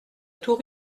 tout